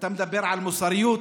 ואתה מדבר על מוסריות?